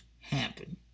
happen